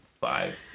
five